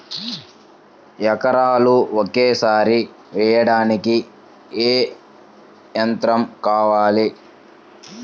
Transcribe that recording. ఎకరాలు ఒకేసారి వేయడానికి ఏ యంత్రం వాడాలి?